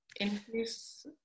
increase